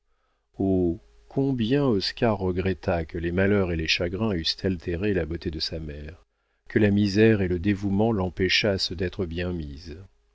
combien oscar regretta que les malheurs et les chagrins eussent altéré la beauté de sa mère que la misère et le dévouement l'empêchassent d'être bien mise